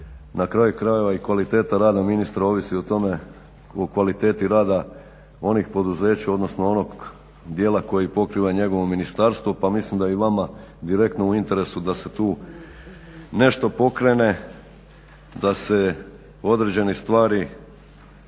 na kraju krajeva i kvaliteta rada ministra ovisi o tome, o kvaliteti rada onih poduzeća, odnosno onog djela koji pokriva njegovo ministarstvo pa mislim da je i vama direktno u interesu da se tu nešto pokrene, da se određene stvari